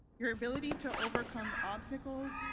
your ability to overcome obstacles,